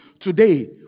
today